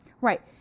Right